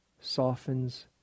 softens